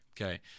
okay